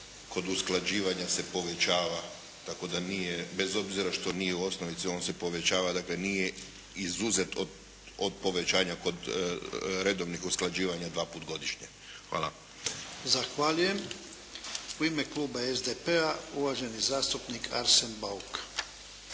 kod usklađivanja se povećava tako da nije bez obzira što nije osnovica on se povećava, dakle nije izuzet od povećanja kod redovnih usklađivanja dva puta godišnje. Hvala. **Jarnjak, Ivan (HDZ)** Zahvaljujem. U ime kluba SDP-a, uvaženi zastupnik Arsen Bauk.